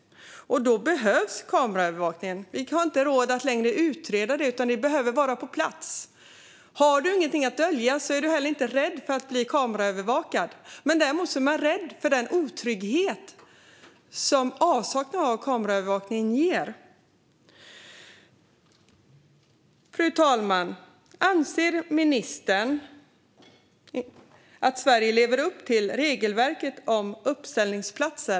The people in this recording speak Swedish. Då behövs kameraövervakning. Vi har inte råd att utreda längre, utan det behöver komma på plats. Om man inte har något att dölja är man inte rädd att bli kameraövervakad, men däremot är man rädd för den otrygghet som avsaknaden av kameraövervakning ger. Fru talman! Anser ministern att Sverige lever upp till regelverket om uppställningsplatser?